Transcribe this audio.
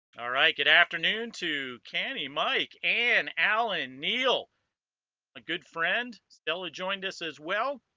all right good afternoon to canny mike and alan neil a good friend stella joined us as well